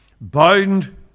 bound